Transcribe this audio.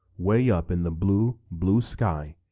way up in the blue, blue sky,